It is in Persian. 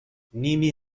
نیمی